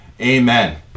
Amen